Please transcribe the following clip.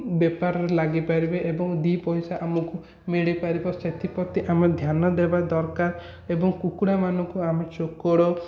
ବେପାରରେ ଲାଗିପରିବେ ଏବଂ ଦୁଇ ପଇସା ଆମକୁ ମିଳିପାରିବ ସେଥିପ୍ରତି ଆମେ ଧ୍ୟାନ ଦେବା ଦରକାର ଏବଂ କୁକୁଡ଼ାମାନଙ୍କୁ ଆମେ ଚୋକଡ଼